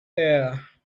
air